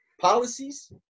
policies